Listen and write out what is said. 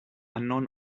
unknown